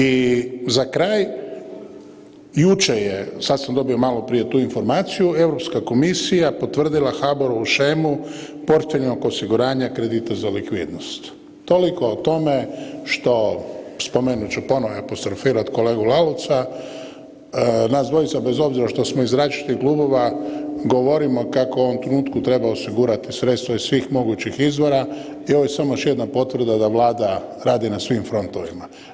I za kraj, jučer je, sad sam dobio maloprije tu informaciju, EU komisija potvrdila HBOR-ovu shemu porfeljnog osiguranja kredita za likvidnost, toliko o tome što spomenut ću ponovo i apostrofirat kolegu Lalovca, nas dvojica bez obzira što smo iz različitih klubova govorimo kako u ovom trenutku treba osigurati sredstva iz svih mogućih izvora i ovo je samo još jedna potvrda da Vlada radi na svim frontovima.